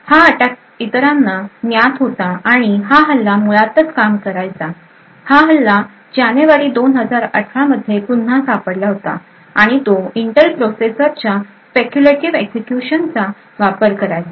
हा अटॅक इतरांना ज्ञात होता आणि हा हल्ला मुळातच काम करायचा हा हल्ला जानेवारी 2018 मध्ये पुन्हा सापडला होता आणि तो इंटेल प्रोसेसरच्या स्पेक्यूलेटीव्ह एक्झिक्युशनचा वापर करायचा